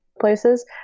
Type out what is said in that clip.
places